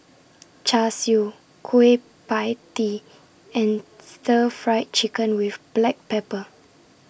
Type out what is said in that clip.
Char Siu Kueh PIE Tee and Stir Fried Chicken with Black Pepper